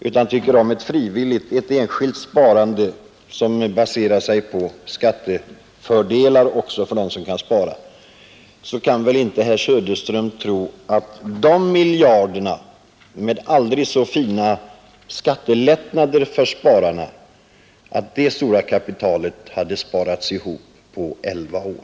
Han vill ha ett enskilt sparande som baserar sig på skattefördelar för dem som kan spara. Men herr Söderström kan väl inte tro att de miljarder som man nu har i AP-fonderna skulle ha kunnat sparas ihop med aldrig så fina skattelättnader för spararna under dessa elva år.